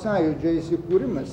sąjūdžio įsikūrimas